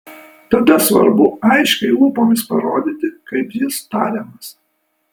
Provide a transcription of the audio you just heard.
tada svarbu aiškiai lūpomis parodyti kaip jis tariamas